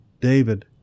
David